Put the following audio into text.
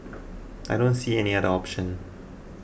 I don't see any other option